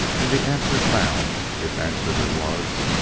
and the answer found, if answer there was,